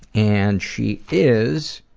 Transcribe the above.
and she is